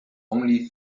only